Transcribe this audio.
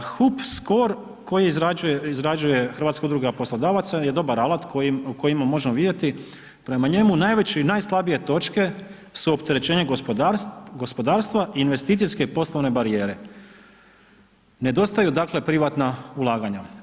HUP Skor koji izrađuje, izrađuje Hrvatska udruga poslodavaca je dobar alat kojim, u kojima možemo vidjeti, prema njemu najveći i najslabije točke su opterećenje gospodarstva i investicijske poslovne barijere, nedostaju dakle privatna ulaganja.